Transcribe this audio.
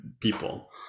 people